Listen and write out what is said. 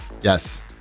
Yes